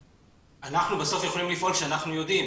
אנחנו בסוף יכולים לפעול כשאנחנו יודעים.